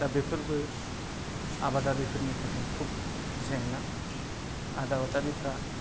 दा बेफोरबो आबादारिफोरनि थाखाय खुब जेंना आबादारिफ्रा